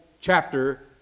chapter